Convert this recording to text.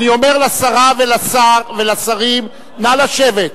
אני אומר לשרה ולשרים, נא לשבת.